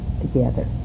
together